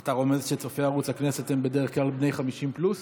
אתה רומז שצופי ערוץ הכנסת הם בדרך כלל בני 50 פלוס?